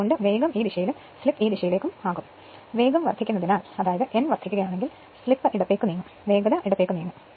വേഗം വർധിക്കുന്നതിനാൽ അതായത് n വർധിക്കുകയാണെങ്കിൽ സ്ലിപ് ഇടത്തേക്കു നീങ്ങുകയും വേഗത ഇടത്തേക്കു നീങ്ങുകയും ചെയ്യുന്നു